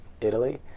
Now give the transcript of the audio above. Italy